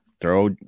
throw